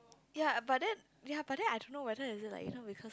ya but then ya but then I don't know whether is it like you know because